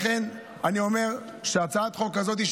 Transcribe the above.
לכן אני אומר שבהצעת החוק הזאת,